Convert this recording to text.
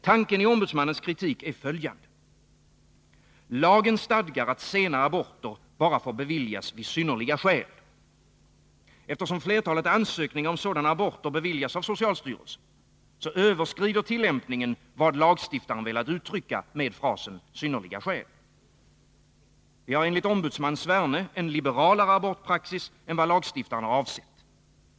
Tanken i ombudsmannens kritik är följande: Lagen stadgar att sena aborter får beviljas bara vid synnerliga skäl. Eftersom flertalet ansökningar om sådana aborter beviljas av socialstyrelsen överskrider tillämpningen vad lagstiftaren velat uttrycka med frasen synnerliga skäl. Vi har enligt ombudsman Sverne en liberalare abortpraxis än vad lagstiftaren avsett.